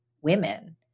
women